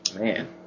Man